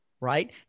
right